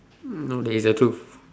no dey it's the truth